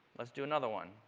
let's do another one.